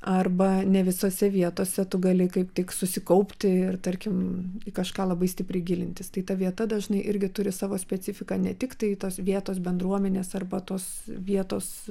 arba ne visose vietose tu gali kaip tik susikaupti ir tarkim kažką labai stipriai gilintis ta vieta dažnai irgi turi savo specifiką ne tiktai tos vietos bendruomenės arba tos vietos